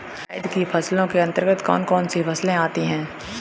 जायद की फसलों के अंतर्गत कौन कौन सी फसलें आती हैं?